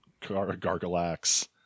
Gargalax